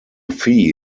fee